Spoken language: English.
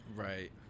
Right